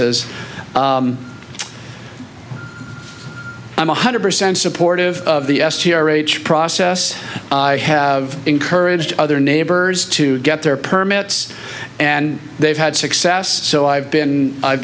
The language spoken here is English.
s i'm one hundred percent supportive of the s g r h process i have encouraged other neighbors to get their permits and they've had success so i've been i've